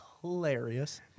hilarious